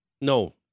No